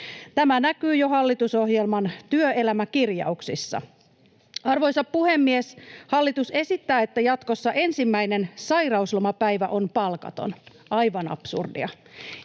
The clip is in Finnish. Tämä näkyy jo hallitusohjelman työelämäkirjauksissa. Arvoisa puhemies! Hallitus esittää, että jatkossa ensimmäinen sairauslomapäivä on palkaton. Aivan absurdia.